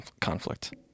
conflict